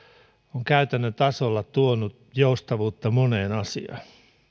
on käytännön tasolla tuonut joustavuutta moneen asiaan